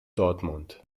dortmund